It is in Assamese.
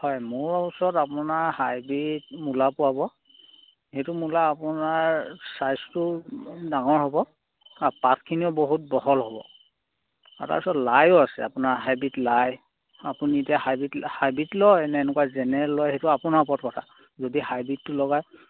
হয় মোৰ ওচৰত আপোনাৰ হাইব্ৰ্ৰীড মূলা পোৱা পাব সেইটো মূলা আপোনাৰ ছাইজটো ডাঙৰ হ'ব আৰু পাতখিনিও বহুত বহল হ'ব আৰু তাৰপিছত লাইও আছে আপোনাৰ হাইব্ৰ্ৰীড লাই আপুনি এতিয়া হাইব্ৰীড হাইব্ৰ্ৰীড লয়নে এনেকুৱা জেনেৰেল লয় সেইটো আপোনাৰ ওপৰত কথা যদি হাইব্ৰ্ৰীডটো লগায়